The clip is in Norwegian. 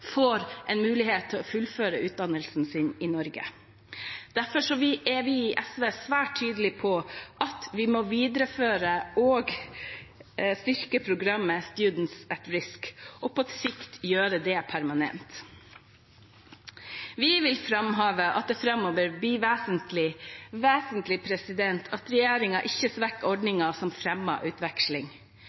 får en mulighet til å fullføre utdannelsen sin i Norge. Derfor er vi i SV svært tydelig på at vi må videreføre og styrke programmet «Students at Risk» og på sikt gjøre det permanent. Vi vil framheve at det framover blir vesentlig – vesentlig – at regjeringen ikke svekker ordninger som fremmer utveksling,